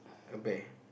a bear